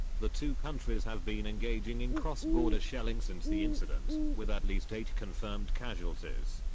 the two countries have been engaging in cross border shelling since the incident, with at least eight confirmed casualties.